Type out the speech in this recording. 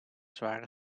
zware